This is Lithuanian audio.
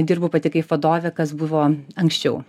dirbu pati kaip vadovė kas buvo anksčiau